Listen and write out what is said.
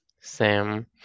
Sam